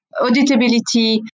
auditability